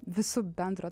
visų bendro